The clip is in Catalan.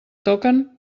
toquen